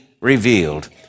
revealed